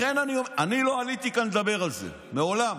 אני לא עליתי לכאן לדבר על זה מעולם.